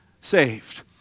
saved